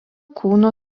kūno